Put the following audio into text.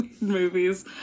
movies